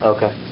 Okay